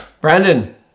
Brandon